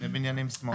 שני בניינים שמאלה.